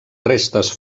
restes